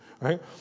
right